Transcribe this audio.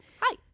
Hi